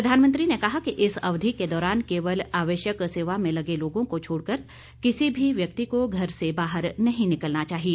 प्रधानमंत्री ने कहा कि इस अवधि के दौरान केवल आवश्यक सेवा में लगे लोगों को छोड़कर किसी भी व्यक्ति को घर से बाहर नहीं निकलना चाहिए